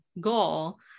goal